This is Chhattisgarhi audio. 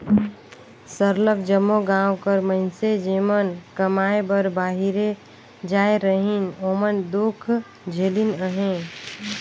सरलग जम्मो गाँव कर मइनसे जेमन कमाए बर बाहिरे जाए रहिन ओमन दुख झेलिन अहें